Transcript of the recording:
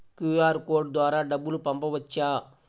QR code ద్వారా డబ్బులు పంపవచ్చా?